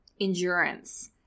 endurance